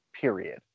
Period